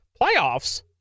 playoffs